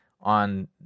on